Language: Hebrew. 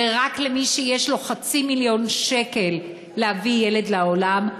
ורק למי שיש לו חצי מיליון שקל להביא ילד לעולם,